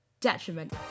detriment